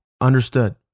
Understood